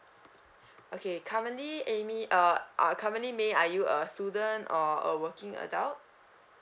okay currently amy uh currently may are you a student or a working adult